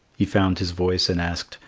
he found his voice and asked,